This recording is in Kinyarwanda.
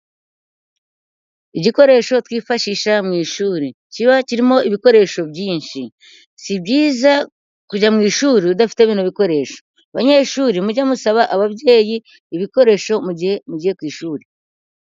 Igikoresho twifashisha mu ishuri. Kiba kirimo ibikoresho byinshi. Si byiza kujya mu ishuri udafite bino bikoresho. Banyeshuri mujye musaba ababyeyi ibikoresho mu gihe mugiye ku ishuri.